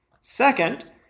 Second